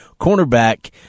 cornerback